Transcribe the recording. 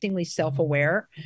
self-aware